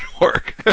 work